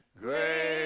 great